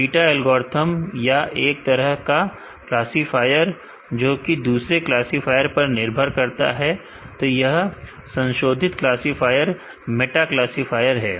beta algorithm या एक तरह का क्लासीफायर जो कि दूसरे क्लासीफायर पर निर्भर है तो यह संशोधित क्लासीफायर मेटा क्लासीफायर है